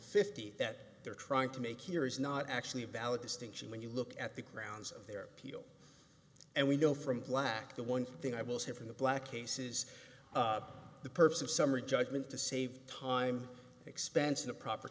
fifteen that they're trying to make here is not actually a valid distinction when you look at the grounds of their appeal and we know from black the one thing i will have in the black cases the purpose of summary judgment to save time expense in a proper